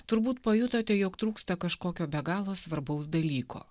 turbūt pajutote jog trūksta kažkokio be galo svarbaus dalyko